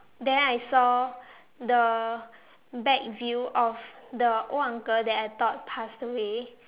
then I saw the back view of the old uncle that I thought passed away